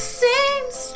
seems